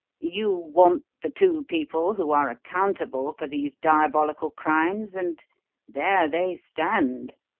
you want the two people who are accountable for these diabolical crimes, and there they stand.